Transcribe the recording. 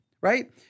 right